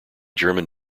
german